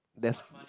that's